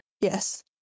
Yes